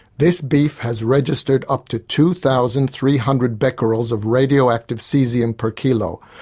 this beef has registered up to two thousand three hundred becquerels of radioactive caesium per kilo,